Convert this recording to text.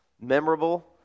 memorable